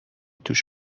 توش